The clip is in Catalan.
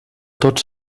tots